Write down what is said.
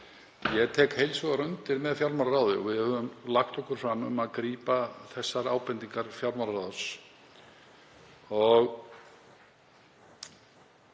Ég tek heils hugar undir með fjármálaráði og við höfum lagt okkur fram um að grípa þessar ábendingar fjármálaráðs.